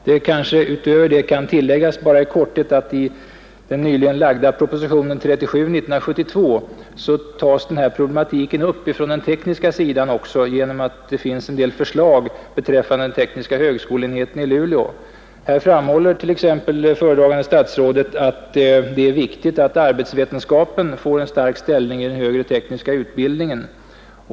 Det kanske utöver detta kan tilläggas att denna problematik tas upp också från den tekniska sidan i den nyligen framlagda proposition 37 där det finns en del förslag beträffande den tekniska högskoleenheten i Luleå. Föredragande statsrådet framhåller att det är viktigt att arbetsvetenskapen får en stark ställning i den högre tekniska utbildningen.